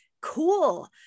Cool